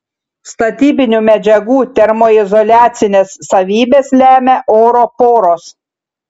statybinių medžiagų termoizoliacines savybes lemia oro poros